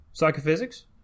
Psychophysics